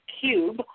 cube